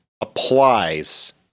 applies